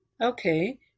Okay